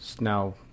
Now